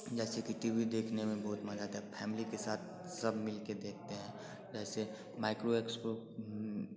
जैसे कि TV देखने में बहुत मज़ा आता है फैमिली के साथ सब मिल के देखते हैं जैसे माइक्रो एक्स्पो